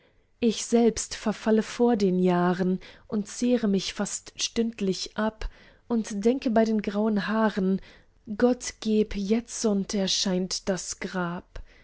ich selbst verfalle vor den jahren und zehre mich fast stündlich ab und denke bei den grauen haaren gott geb jetzund erscheint das grab